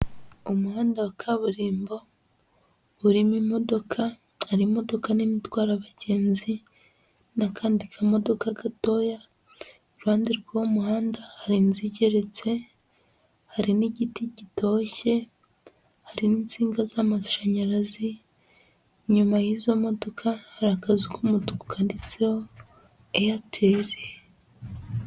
Umuhanda wa kaburimbo urimo imodoka, hari imodoka nini itwara abagenzi n'akandi kamodoka gatoya, iruhande rw'uwo muhanda hari inzu igeretse, hari n'igiti gitoshye, hari n'insinga z'amashanyarazi, inyuma y'izo modoka hari akazu k'umutuku kanditsiho Airtel.